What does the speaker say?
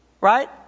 right